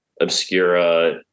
Obscura